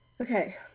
Okay